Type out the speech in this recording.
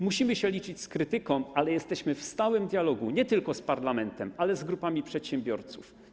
Musimy liczyć się z krytyką, ale jesteśmy w stałym dialogu nie tylko z parlamentem, lecz także z grupami przedsiębiorców.